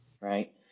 right